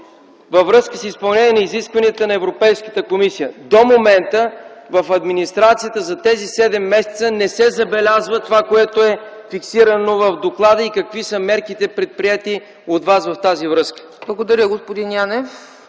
във връзка с изпълнение на изискванията на Европейската комисия”. До момента в администрацията за тези седем месеца не се забелязва това, което е фиксирано в доклада. Какви са мерките, предприети от Вас в тази връзка? ПРЕДСЕДАТЕЛ ЦЕЦКА